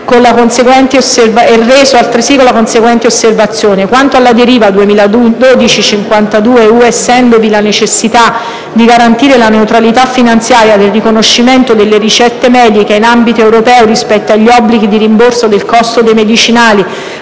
è reso, altresì, con la seguente osservazione: quanto alla direttiva 2012/52/UE, essendovi la necessità di garantire la neutralità finanziaria del riconoscimento delle ricette mediche in ambito europeo rispetto agli obblighi di rimborso del costo dei medicinali